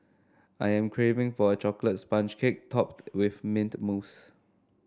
I am craving for a chocolate sponge cake topped with mint mousse